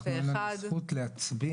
אנחנו אין לנו זכות להצביע.